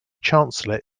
chancellor